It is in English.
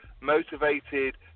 motivated